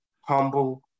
humble